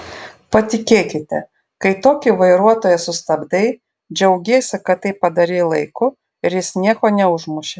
patikėkite kai tokį vairuotoją sustabdai džiaugiesi kad tai padarei laiku ir jis nieko neužmušė